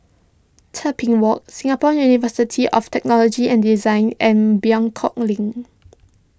Tebing Walk Singapore University of Technology and Design and Buangkok Link